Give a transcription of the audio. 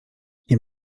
nie